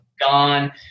gone